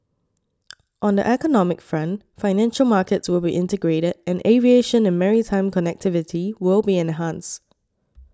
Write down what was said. on the economic front financial markets will be integrated and aviation and maritime connectivity will be enhanced